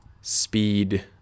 speed